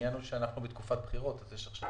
העניין הוא שאנחנו בתקופת בחירות, יש עכשיו